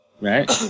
right